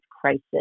crisis